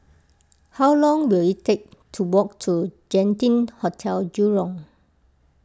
how long will it take to walk to Genting Hotel Jurong